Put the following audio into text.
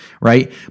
right